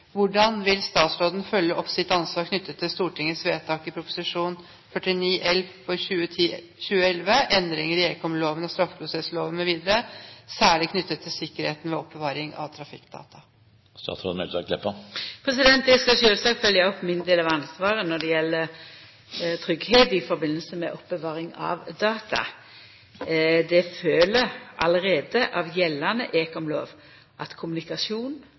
Hvordan vil statsråden følge opp sitt ansvar knyttet til Stortingets vedtak i forbindelse med Prop. 49 L for 2010–2011 Endringer i ekomloven og straffeprosessloven mv., særlig knyttet til sikkerheten ved oppbevaring av trafikkdata?» Eg skal sjølvsagt følgja opp min del av ansvaret når det gjeld tryggleik i samband med oppbevaring av data. Det følgjer allereie av gjeldande ekomlov at kommunikasjon